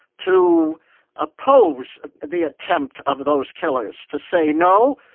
to oppose the attempt of those killers. to say, no,